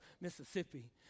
Mississippi